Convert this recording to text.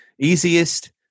easiest